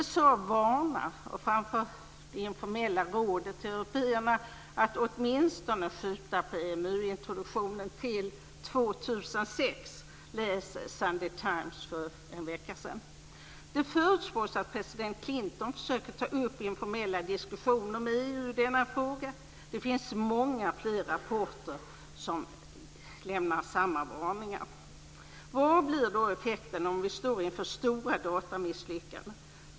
USA varnar och framför det informella rådet till europeerna att åtminstone skjuta på EMU introduktionen till år 2006. Det stod att läsa i Sunday Times för en vecka sedan. Det förutspås att president Clinton försöker ta upp informella diskussioner med EU i denna fråga. I många andra rapporter finns samma varningar. Vad blir då effekten om vi står inför stora datamisslyckanden?